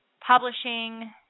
publishing